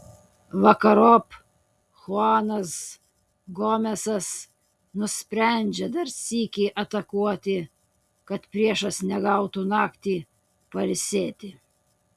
vakarop chuanas gomesas nusprendžia dar sykį atakuoti kad priešas negautų naktį pailsėti